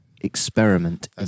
experiment